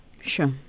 Sure